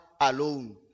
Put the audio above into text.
alone